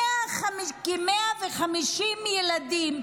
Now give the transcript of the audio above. כ-150 ילדים,